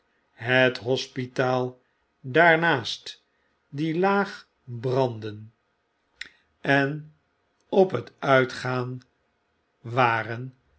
het hospitaal daarnaast die laag brandden en op het uitgaan waren